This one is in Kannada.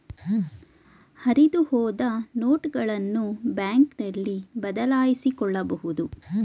ಹರಿದುಹೋದ ನೋಟುಗಳನ್ನು ಬ್ಯಾಂಕ್ನಲ್ಲಿ ಬದಲಾಯಿಸಿಕೊಳ್ಳಬಹುದು